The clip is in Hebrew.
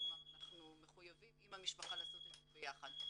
כלומר אנחנו מחויבים עם המשפחה לעשות את זה ביחד.